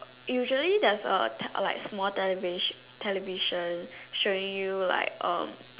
usually there's a te~ like small televis~ television showing you like um